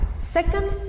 second